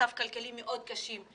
מצב כלכלי מאוד קשה,